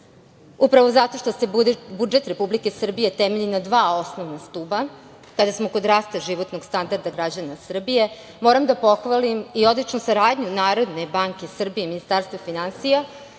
zato što se budžet Republike Srbije temelji na dva osnovna stuba, kada smo kod rasta životnog standarda građana Srbije, moram da pohvalim i odličnu saradnju Narodne banke Srbije i Ministarstva finansija,